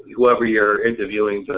whoever you're interviewing,